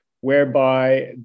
whereby